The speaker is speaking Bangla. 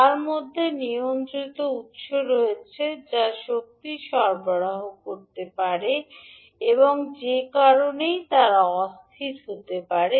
যার মধ্যে নিয়ন্ত্রিত উত্স রয়েছে যা শক্তি সরবরাহ করতে পারে এবং সে কারণেই তারা অস্থির হতে পারে